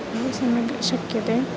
बहु सम्यक् शक्यते